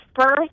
first